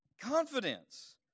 Confidence